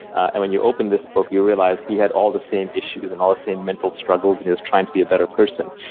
and when you open this book, you realize he had all the same issues and all the same mental struggles and he was trying to be a better person.